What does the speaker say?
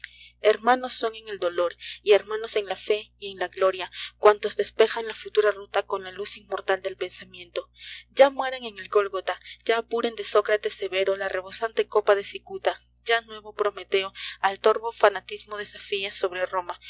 hermanos son en el dolor y hermanos en la fé y en la gloria cuantos despejan la futura ruta con la luz inmortal del pensamiento ya mueran en el gólgota ya apuren de sócrates severo la rebosante copa de cicuta ya nuevo prometeo al torvo fanatismo desafie sobre roma